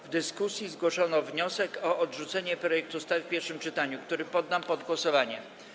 W dyskusji zgłoszono wniosek o odrzucenie projektu ustawy w pierwszym czytaniu, który poddam pod głosowanie.